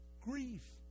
Grief